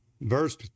verse